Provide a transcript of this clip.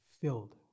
filled